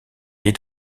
est